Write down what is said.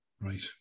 right